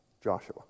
Joshua